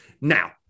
Now